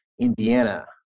indiana